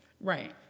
Right